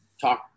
talk